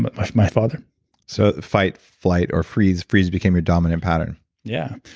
but my my father so fight, flight, or freeze. freeze became your dominant pattern yeah,